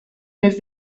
més